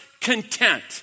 content